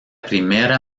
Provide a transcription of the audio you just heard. primera